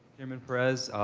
chairman perez.